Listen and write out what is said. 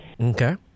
Okay